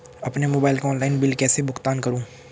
अपने मोबाइल का online bill कैसे भुगतान करूं?